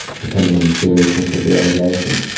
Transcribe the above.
depending on the seriousness of the allegations.